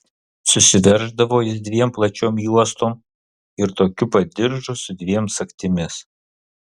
susiverždavo jis dviem plačiom juostom ir tokiu pat diržu su dviem sagtimis